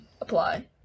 apply